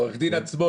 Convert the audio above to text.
עו"ד עצמון,